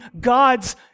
God's